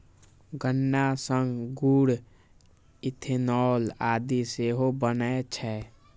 गन्ना सं गुड़, इथेनॉल आदि सेहो बनै छै